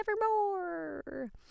nevermore